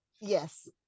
yes